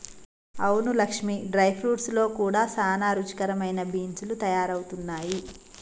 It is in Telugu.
అవును లక్ష్మీ డ్రై ఫ్రూట్స్ లో కూడా సానా రుచికరమైన బీన్స్ లు తయారవుతున్నాయి